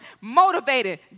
motivated